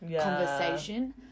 conversation